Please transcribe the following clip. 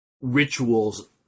rituals